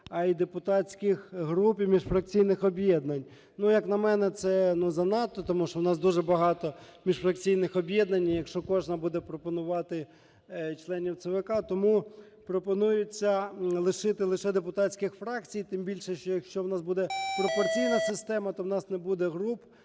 а й депутатських груп і міжфракційних об'єднань. Ну, як на мене, це, ну, занадто, тому що у нас дуже багато міжфракційних об'єднань, і якщо кожна буде пропонувати членів ЦВК, тому пропонується лишити лише депутатських фракцій. Тим більше, що якщо у нас буде пропорційна система, то у нас не буде груп,